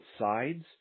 sides